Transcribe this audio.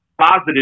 positive